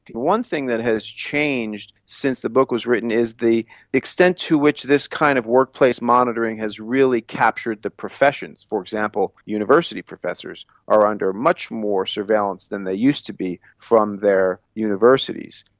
one thing that has changed since the book was written is the extent to which this kind of workplace monitoring has really captured the professions, for example university professors are under much more surveillance than they used to be from their universities.